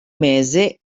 mese